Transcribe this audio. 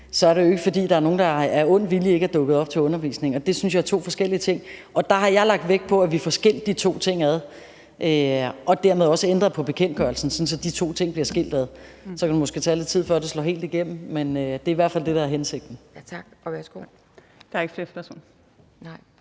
er det jo ikke, fordi der er nogen, der af ond vilje ikke er dukket op til undervisning. Jeg synes, det er to forskellige ting, og der har jeg lagt vægt på, at vi får skilt de to ting ad og dermed også får ændret på bekendtgørelsen, sådan at de to ting bliver skilt ad. Så kan det måske tage lidt tid, før det slår helt igennem, men det er i hvert fald det, der er hensigten. Kl. 13:41 Anden næstformand